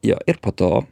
jo ir po to